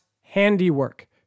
handiwork